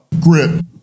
Grip